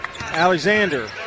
Alexander